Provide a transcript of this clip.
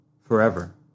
forever